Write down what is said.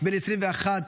בן 21,